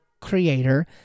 creator